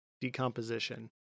decomposition